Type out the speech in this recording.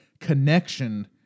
connection